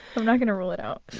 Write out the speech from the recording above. i'm not gonna rule it out.